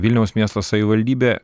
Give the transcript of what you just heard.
vilniaus miesto savivaldybė